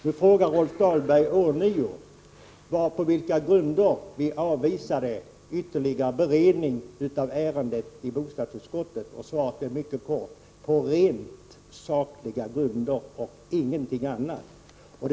Nu frågar Rolf Dahlberg ånyo på vilka grunder vi avvisade ytterligare beredning av ärendet i bostadsutskottet. Svaret är mycket kort: På rent sakliga grunder — ingenting annat.